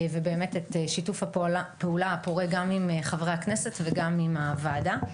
ובאמת את שיתוף הפעולה הפורה גם עם חברי הכנסת וגם עם הוועדה.